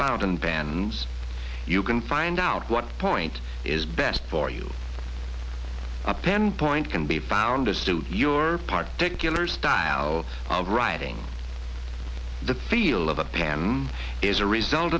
found in vans you can find out what point is best for you a pen point can be found as to your particularly style of writing the feel of the pan is a result